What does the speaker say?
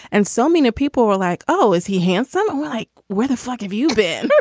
and so many people were like, oh, is he handsome? or like, where the fuck have you been?